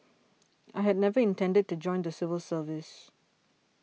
I had never intended to join the civil service